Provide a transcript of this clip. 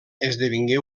esdevingué